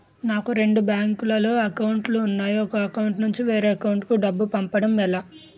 నాకు రెండు బ్యాంక్ లో లో అకౌంట్ లు ఉన్నాయి ఒక అకౌంట్ నుంచి వేరే అకౌంట్ కు డబ్బు పంపడం ఎలా?